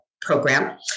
program